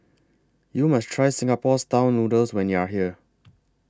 YOU must Try Singapore Style Noodles when YOU Are here